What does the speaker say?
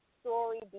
story